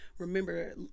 remember